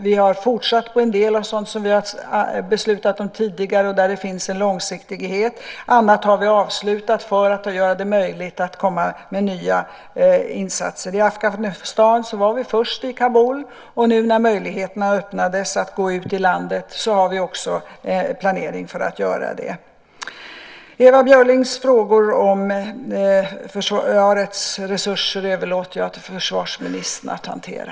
Vi har fortsatt på en del som vi beslutat om tidigare och där det finns en långsiktighet; annat har vi avslutat för att göra det möjligt att komma med nya insatser. I Afghanistan var vi först i Kabul, och nu när möjligheterna öppnades att gå ut i landet har vi också planering för att göra det. Ewa Björlings frågor om försvarets resurser överlåter jag till försvarsministern att hantera.